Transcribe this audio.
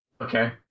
Okay